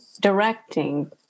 directing